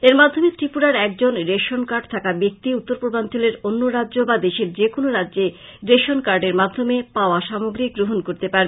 এর মাধ্যমে ত্রিপুরার একজন রেশন কার্ড থাকা ব্যাক্তি উত্তর পূর্বাঞ্চলের অন্য রাজ্য বা দেশের যেকোনো রাজ্যে রেশন কার্ডের মাধ্যমে পাওয়া সামগ্রী গ্রহন করতে পারবে